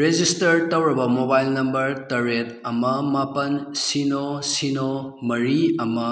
ꯔꯦꯖꯤꯁꯇꯔꯠ ꯇꯧꯔꯕ mobile number ꯇꯔꯦꯠ ꯑꯃ ꯃꯥꯄꯜ ꯁꯤꯅꯣ ꯁꯤꯅꯣ ꯃꯔꯤ ꯑꯃ